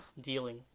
dealing